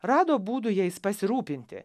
rado būdų jais pasirūpinti